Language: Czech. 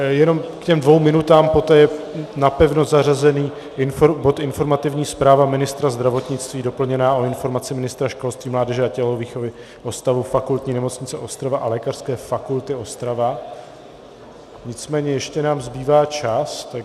Jenom k těm dvěma minutám, poté napevno zařazený bod Informativní zpráva ministra zdravotnictví doplněná o informaci ministra školství, mládeže a tělovýchovy o stavu Fakultní nemocnice Ostrava a Lékařské fakulty Ostrava, nicméně ještě nám zbývá čas...